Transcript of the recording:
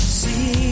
see